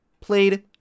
played